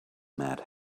mad